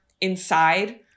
inside